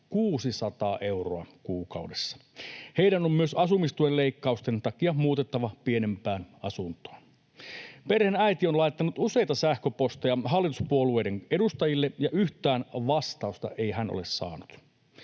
600 euroa kuukaudessa. Heidän on myös asumistuen leikkausten takia muutettava pienempään asuntoon. Perheen äiti on laittanut useita sähköposteja hallituspuolueiden edustajille, ja yhtään vastausta ei hän ole saanut.